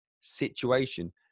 Situation